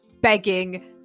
begging